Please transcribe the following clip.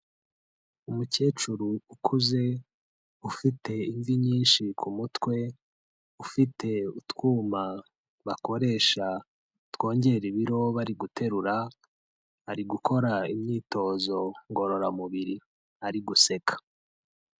Umukecuru ukuze ufite imvi nyinshi ku mutwe, ufite utwuma bakoresha twongera ibiro bari guterura, ari gukora imyitozo ngororamubiri ari guseka.